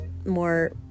more